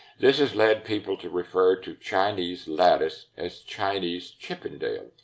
this has led people to refer to chinese lattice as chinese chippendale,